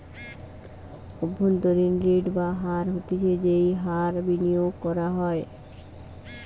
অভ্যন্তরীন রেট বা হার হতিছে যেই হার বিনিয়োগ করা হয়